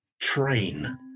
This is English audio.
Train